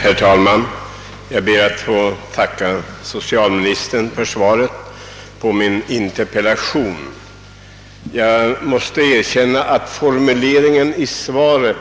Herr talman! Jag ber att få tacka socialministern för svaret på min interpellation. Svaret är något dunkelt formulerat. Det står bl.a.: